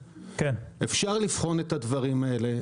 אפשר לבחון את הדברים האלה,